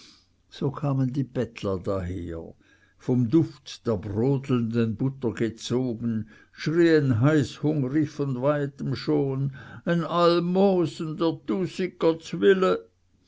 so kamen die bettler daher vom duft der brodelnden butter gezogen schrieen heißhungrig von weitem schon ein almosen